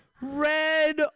red